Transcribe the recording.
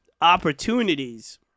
opportunities